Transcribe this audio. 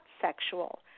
sexual